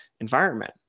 environment